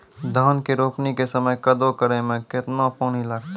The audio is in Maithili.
धान के रोपणी के समय कदौ करै मे केतना पानी लागतै?